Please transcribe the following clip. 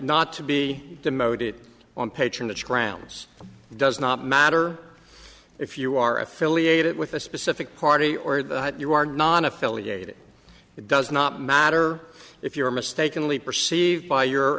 not to be demoted on patronage grounds does not matter if you are affiliated with a specific party or that you are not affiliated it does not matter if you are mistakenly perceived by your